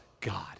God